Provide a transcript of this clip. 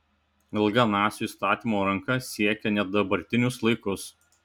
ilga nacių įstatymo ranka siekia net dabartinius laikus